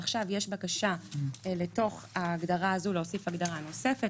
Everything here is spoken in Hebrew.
עכשיו יש בקשה להוסיף לתוך ההגדרה הזאת הגדרה נוספת.